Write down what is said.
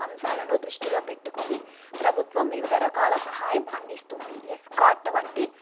అంశాలను దృష్టిలో పెట్టుకొని ప్రభుత్వం వివిధ రకాల సహాయం అందిస్తుంది ఎస్కార్ట్ వంటి